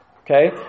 Okay